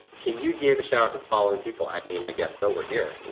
can you give a shout-out to the following people? i mean, i guess so, we're here, let's